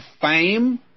fame